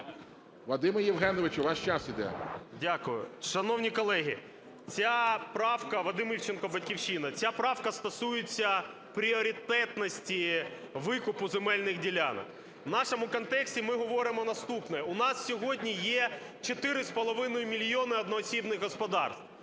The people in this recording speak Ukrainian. іде! 10:54:26 ІВЧЕНКО В.Є. Дякую. Шановні колеги, ця правка… Вадим Івченко, "Батьківщина". Ця правка стосується пріоритетності викупу земельних ділянок. В нашому контексті ми говоримо наступне, у нас сьогодні є 4,5 мільйони одноосібних господарств.